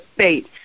state